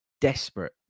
desperate